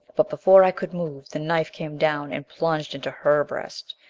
but before i could move, the knife came down and plunged into her breast.